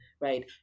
right